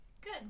Good